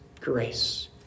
grace